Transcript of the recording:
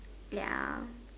ya